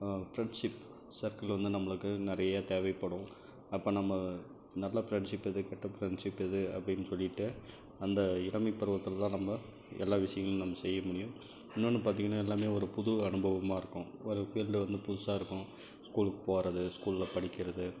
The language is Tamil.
பிரண்ட்ஸ்சிப் சர்க்கிள் வந்து நம்மளுக்கு நிறைய தேவைப்படும் அப்போ நம்ம நல்ல பிரண்ட்ஸ்சிப் எது கெட்ட பிரண்ட்ஸ்சிப் எது அப்படின்னு சொல்லிவிட்டு அந்த இளமைப் பருவத்தில்தான் நம்ம எல்லா விஷயங்களையும் நம்ம செய்ய முடியும் இன்னொன்று பார்த்திங்ன்னா எல்லாமே ஒரு புது அனுபவமாக இருக்கும் ஒரு ஃபீல்டு வந்து புதுசாக இருக்கும் ஸ்கூலுக்குப் போவது ஸ்கூலில் படிக்கிறது